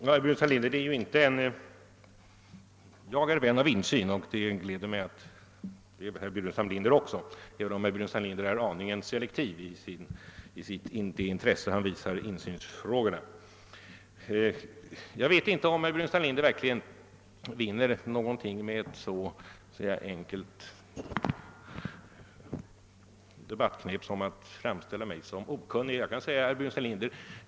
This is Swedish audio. Herr talman! Jag är vän av insyn, och det gläder mig att herr Burenstam Linder också är det, även om han är en aning selektiv i det intresse han visar för insynsfrågorna. Jag vet inte om herr Burenstam Linder verkligen vinner någonting med ett så enkelt debattknep som att framställa mig som okunnig.